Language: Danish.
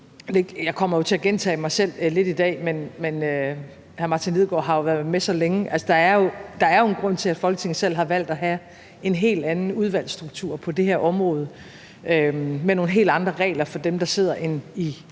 Jeg kommer jo til at gentage mig selv lidt i dag, men hr. Martin Lidegaard har jo været med så længe, og der er jo en grund til, at Folketinget selv har valgt at have en hel anden udvalgsstruktur på det her område og med nogle helt andre regler for dem, der sidder